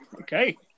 Okay